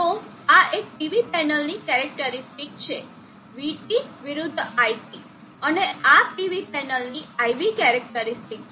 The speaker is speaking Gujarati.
તો આ એક PV પેનલની કેરેકટરીસ્ટીક છે vT વિરુદ્ધ iT અને આ PV પેનલની IV કેરેકટરીસ્ટીક છે